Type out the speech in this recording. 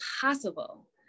possible